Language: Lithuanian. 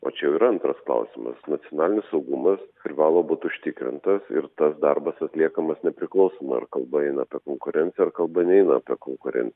o čia jau ir antras klausimas nacionalinis saugumas privalo būti užtikrintas ir tas darbas atliekamas nepriklausoma ar kalba eina apie konkurenciją ar kalba neina apie konkuren